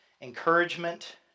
encouragement